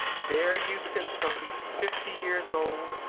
there you sit, sophy, fifty years old,